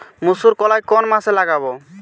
মুসুর কলাই কোন মাসে লাগাব?